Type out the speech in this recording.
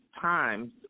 times